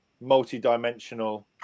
multi-dimensional